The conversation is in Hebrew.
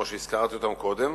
כמו שהזכרתי קודם,